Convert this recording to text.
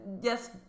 yes